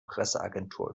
presseagentur